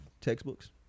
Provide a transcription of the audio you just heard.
textbooks